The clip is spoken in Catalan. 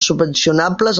subvencionables